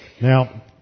Now